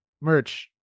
merch